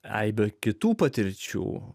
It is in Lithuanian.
aibe kitų patirčių